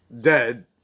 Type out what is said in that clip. dead